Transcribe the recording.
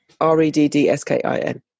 r-e-d-d-s-k-i-n